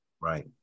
right